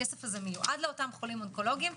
הכסף מיועד לאותם חולים אונקולוגיים.